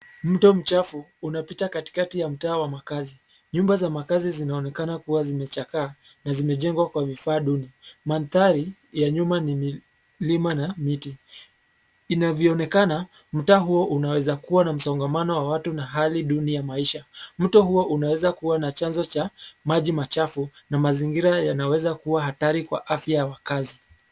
Mto mchafu unapita katikati ya mtaa wa makazi' nyumba za makazi zinaonekana kuwa zimechakaa na zimejengwa kwa vifaa duni, madhari ya nyuma ni milima na miti, inavyoonekana mtaa huo unaweza kuwa na msongamano wa watu na hali duni ya maisha, mto huo unaweza kuwa na chanzo cha maji machafu na mazingira yanaweza kuwa hatari kwa afya ya wakazi.